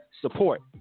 support